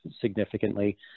significantly